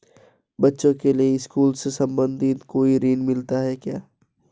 बच्चों के लिए स्कूल से संबंधित कोई ऋण मिलता है क्या?